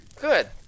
Good